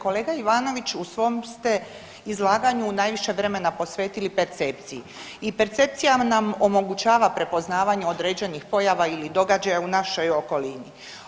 Kolega Ivanović, u svom ste izlaganju najviše vremena posvetili percepciji i percepcija nam omogućava prepoznavanje određenih pojava ili događaja u našoj okolini.